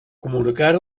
comunicar